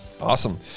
Awesome